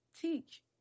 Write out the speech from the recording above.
teach